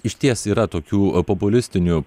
išties yra tokių populistinių